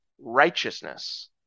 righteousness